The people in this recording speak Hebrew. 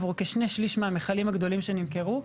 עבור כשני שליש מהמכלים הגדולים שנמכרו,